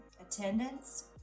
attendance